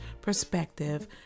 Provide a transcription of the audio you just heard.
perspective